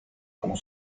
como